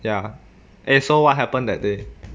ya and so what happened that day